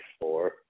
four